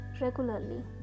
regularly